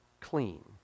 clean